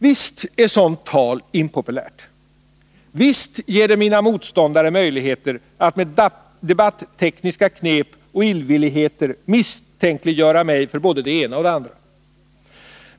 Visst är sådant tal impopulärt. Visst ger det mina motståndare möjligheter att med debattekniska knep och illvilligheter misstänkliggöra mig för både det ena och det andra.